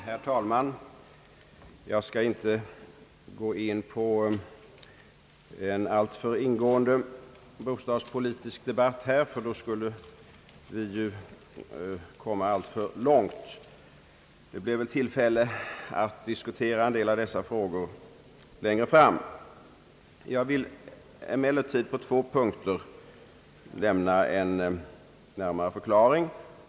Herr talman! Jag skall inte dra upp en alltför ingående bostadspolitisk debatt här, det skulle föra för långt. Det blir väl tillfälle att diskutera en del av dessa frågor längre fram. På två punkter vill jag emellertid lämna en närmare förklaring.